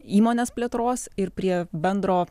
įmonės plėtros ir prie bendro